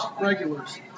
regulars